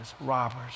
robbers